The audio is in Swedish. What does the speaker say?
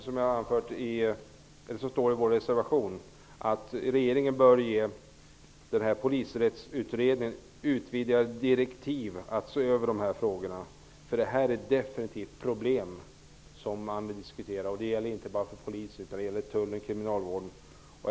Regeringen bör, som det står i reservation nr 3 från oss, ge Polisrättsutredningen utvidgade direktiv att se över de här frågorna, för det här är definitivt ett problem som måste diskuteras. Det gäller då inte bara Polisen utan också Tullen, kriminalvården och